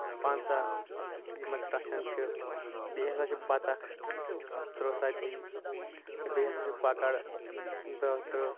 پَنٛژاہ یِم أسۍ رَچھان چھِ بیٚیہِ ہسا چھِ بَطخ ترٕٛہ ژَتجِی تہٕ بیٚیہِ ہسا چھِ کوکر دہ ترٕٛہ